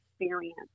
experience